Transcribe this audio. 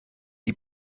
die